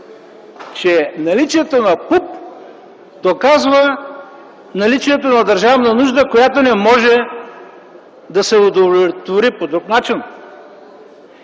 че наличието на ПУП доказва наличието на държавна нужда, която не може да се удовлетвори по друг начин